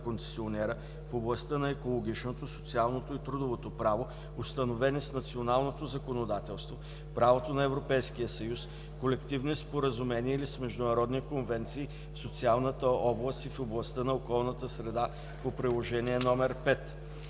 концесионера в областта на екологичното, социалното и трудовото право, установени с националното законодателство, правото на Европейския съюз, колективни споразумения или с международните конвенции в социалната област и в областта на околната среда по Приложение № 5.